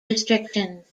restrictions